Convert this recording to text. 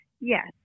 Yes